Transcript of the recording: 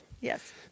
Yes